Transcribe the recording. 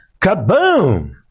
Kaboom